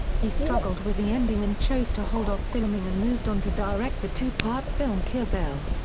he struggled with the ending and chose to hold off filming and moved on to direct the two-part film kill bill.